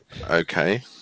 Okay